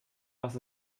was